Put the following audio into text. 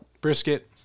Brisket